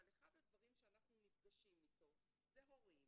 אבל אחד הדברים שאנחנו נפגשים איתם זה הורים